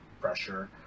pressure